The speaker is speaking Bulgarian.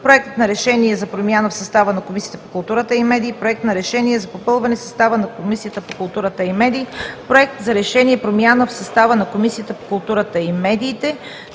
Проект на решение за промяна в състава на Комисията по културата и медиите. Проект на решение за попълване на състава на Комисията по културата и медиите. Проект за решение и промяна в състава на Комисията по културата и медиите.